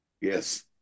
Yes